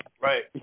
right